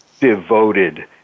devoted